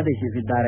ಆದೇಶಿಸಿದ್ದಾರೆ